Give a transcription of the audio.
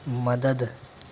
مدد